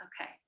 Okay